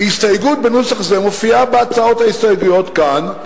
הסתייגות בנוסח זה מופיעה בהצעות ההסתייגויות כאן,